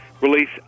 release